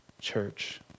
church